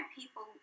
people